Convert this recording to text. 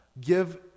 Give